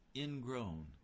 ingrown